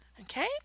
Okay